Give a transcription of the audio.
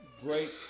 great